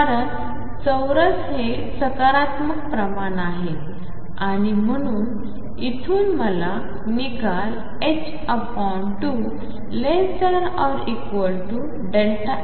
कारण चौरस हे एक सकारात्मक प्रमाण आहे आणि म्हणून येथून माझा निकाल 2≤ΔxΔp